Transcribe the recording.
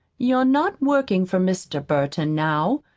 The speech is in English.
you're not working for mr. burton now.